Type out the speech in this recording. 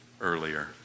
earlier